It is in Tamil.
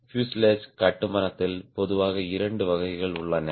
பியூசேலாஜ் கட்டுமானத்தில் பொதுவாக இரண்டு வகைகள் உள்ளன